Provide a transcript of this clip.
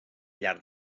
llarg